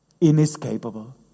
inescapable